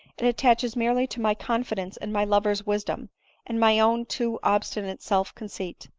it attaches merely to my confidence in my lover's wisdom and my own too obstinate self-con ceit.